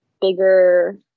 bigger